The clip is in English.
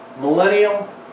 millennial